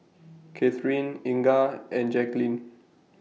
Katheryn Inga and Jaqueline